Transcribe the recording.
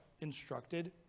instructed